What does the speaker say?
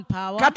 power